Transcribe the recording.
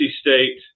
State